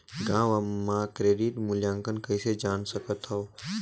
गांव म क्रेडिट मूल्यांकन कइसे जान सकथव?